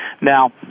Now